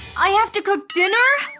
i have to cook dinner!